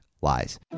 lies